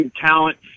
talent